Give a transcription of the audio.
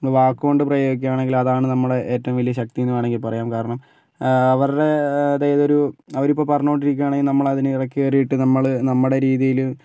വാക്കുകൊണ്ട് പ്രയോഗിക്കുകയാണെങ്കിൽ അതാണ് നമ്മുടെ ഏറ്റവും വലിയ ശക്തി എന്ന് വേണമെങ്കിൽ പറയാം കാരണം അവരുടെ അതായത് ഒരു അവരിപ്പോൾ പറഞ്ഞുകൊണ്ടിരിക്കുകയാണെങ്കിൽ അതിൻ്റെ ഇടയ്ക്ക് കയറി നമ്മള് നമ്മുടെ രീതിയിൽ